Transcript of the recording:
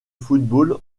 football